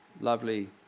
Lovely